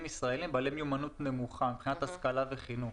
ישראלים בעלי מיומנות נמוכה מבחינת השכלה וחינוך.